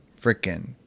freaking